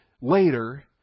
later